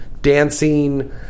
dancing